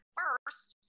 first